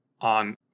on